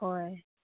ꯍꯣꯏ